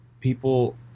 people